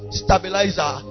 stabilizer